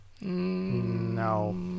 No